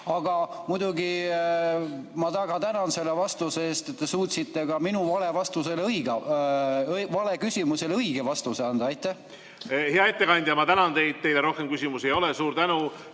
Aga muidugi ma väga tänan selle vastuse eest – te suutsite minu valeküsimusele õige vastuse anda. Ma,